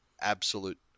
absolute